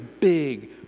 big